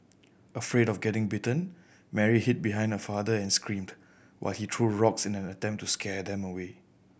afraid of getting bitten Mary hid behind her father and screamed while he threw rocks in an attempt to scare them away